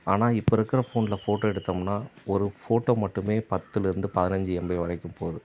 ஆனால் இப்போ இருக்கிற ஃபோனில் ஃபோட்டோ எடுத்தோம்னால் ஒரு ஃபோட்டோ மட்டுமே பத்தில் இருந்து பதினஞ்சு எம்பி வரைக்கும் போகுது